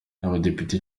abadepite